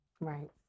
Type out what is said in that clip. Right